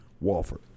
Walford